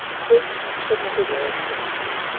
quilp said not a word in reply,